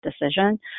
decision